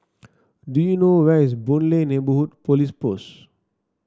do you know where is Boon Lay Neighbourhood Police Post